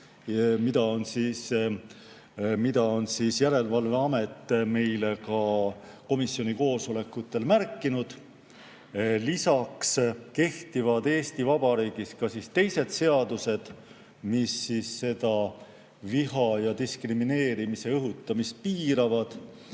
seda on järelevalveamet ka komisjoni koosolekutel märkinud. Lisaks kehtivad Eesti Vabariigis ka teised seadused, mis siis viha ja diskrimineerimise õhutamist piiravad,